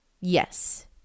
Yes